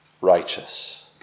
righteous